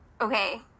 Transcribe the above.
okay